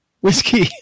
whiskey